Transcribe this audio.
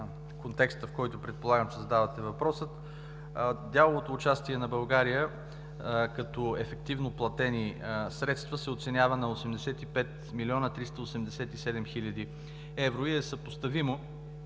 към контекста, в който предполагам, че задавате въпроса. Дяловото участие на България като ефективно платени средства се оценява на 85 млн. 387 хил. евро и е съпоставимо